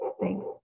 Thanks